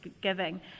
giving